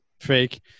fake